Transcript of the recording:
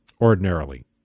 ordinarily